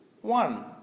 One